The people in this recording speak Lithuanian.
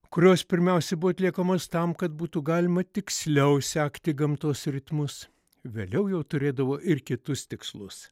kurios pirmiausia buvo atliekamas tam kad būtų galima tiksliau sekti gamtos ritmus vėliau jau turėdavo ir kitus tikslus